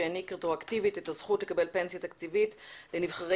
שהעניק רטרואקטיבית את הזכות לקבל פנסיה תקציבית לנבחרי